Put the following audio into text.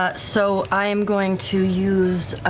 ah so, i am going to use,